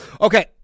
Okay